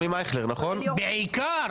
בעיקר,